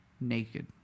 naked